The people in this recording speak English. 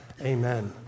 Amen